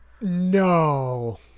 No